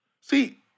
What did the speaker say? See